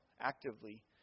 actively